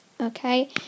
okay